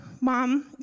mom